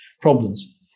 problems